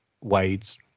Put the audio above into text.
Wade's